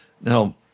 Now